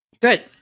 Good